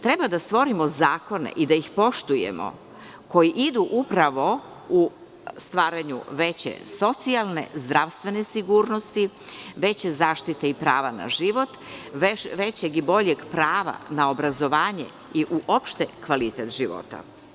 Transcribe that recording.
Treba da stvorimo zakone i da ih poštujemo koji idu upravo u stvaranju veće socijalne, zdravstvene sigurnosti, veće zaštite i prava na život, većeg i boljeg prava na obrazovanje i uopšte kvalitet života.